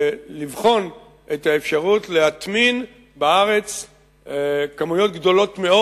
לבחון את האפשרות להטמין בארץ כמויות גדולות מאוד